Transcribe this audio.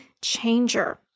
changer